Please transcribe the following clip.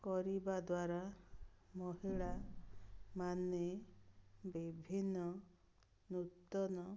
କରିବା ଦ୍ୱାରା ମହିଳାମାନେ ବିଭିନ୍ନ ନୂତନ